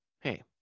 Hey